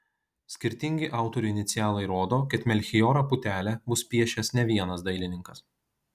skirtingi autorių inicialai rodo kad melchijorą putelę bus piešęs ne vienas dailininkas